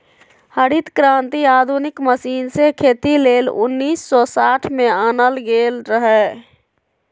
हरित क्रांति आधुनिक मशीन से खेती लेल उन्नीस सौ साठ में आनल गेल रहै